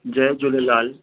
Jay Jhulelal